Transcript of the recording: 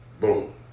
Boom